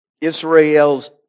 Israel's